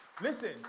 Listen